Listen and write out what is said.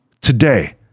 today